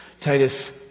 Titus